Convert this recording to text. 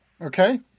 Okay